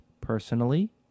personally